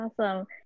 awesome